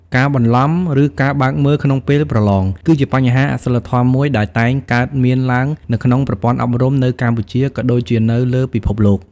ការបន្លំ ឬការបើកមើលក្នុងពេលប្រឡង គឺជាបញ្ហាអសីលធម៌មួយដែលតែងកើតមានឡើងនៅក្នុងប្រព័ន្ធអប់រំនៅកម្ពុជា ក៏ដូចជានៅលើពិភពលោក។